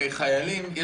הרי חיילים,